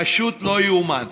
פשוט לא יאומן.